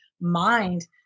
mind